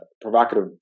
provocative